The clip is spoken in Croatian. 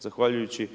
zahvaljujući